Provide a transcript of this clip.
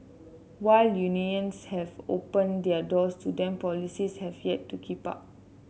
while unions have opened their doors to them policies have yet to keep up